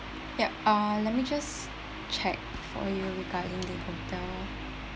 ya uh let me just check for you regarding the hotel